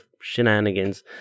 shenanigans